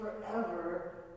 forever